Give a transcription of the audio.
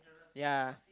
yea